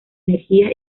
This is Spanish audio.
energía